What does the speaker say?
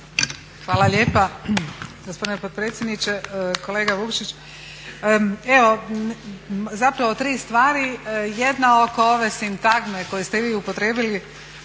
Hvala lijepa. Gospodine potpredsjedniče, kolega Vukšić. Evo zapravo tri stvari. Jedna oko ove sintagme koju ste vi upotrijebili,